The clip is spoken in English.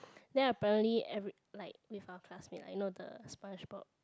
then apparently every~ like with our classmate I know the Spongebob